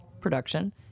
production